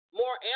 more